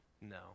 No